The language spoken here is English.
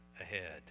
ahead